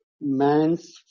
man's